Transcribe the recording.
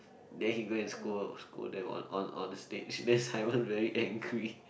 then he go and scold scold them on on on the stage then Simon very angry